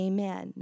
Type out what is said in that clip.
Amen